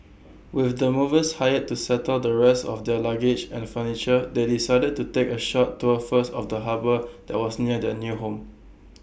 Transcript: with the movers hired to settle the rest of their luggage and furniture they decided to take A short tour first of the harbour that was near their new home